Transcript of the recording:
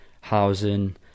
housing